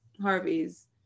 Harvey's